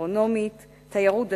וגסטרונומיה ותיירות דתית-צליינית.